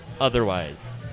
otherwise